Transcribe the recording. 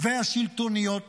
והשלטוניות